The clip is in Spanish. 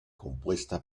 compuesta